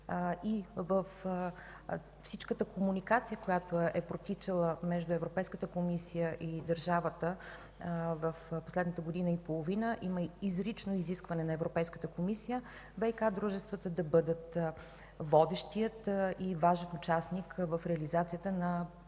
и в цялата комуникация, протичала между Европейската комисия и държавата в последната година и половина, има изрично изискване на Европейската комисия ВиК-дружествата да бъдат водещият и важен участник в реализацията на